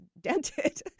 dented